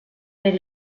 per